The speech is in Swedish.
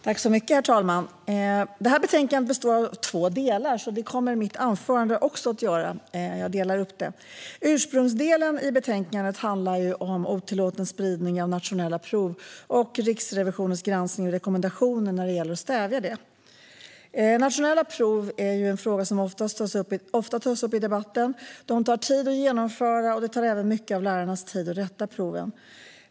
Herr talman! Det här betänkandet består av två delar, så det kommer också mitt anförande att göra. Jag delar upp det. Ursprungsdelen i betänkandet handlar om otillåten spridning av nationella prov och om Riksrevisionens granskning och rekommendationer när det gäller att stävja detta. Nationella prov är en fråga som ofta tas upp i debatten. De tar tid att genomföra, och det tar även mycket av lärarnas tid att rätta proven.